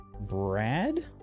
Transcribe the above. Brad